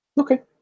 Okay